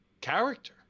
character